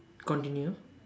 continue